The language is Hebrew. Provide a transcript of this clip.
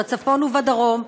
בצפון ובדרום,